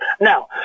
Now